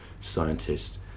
scientists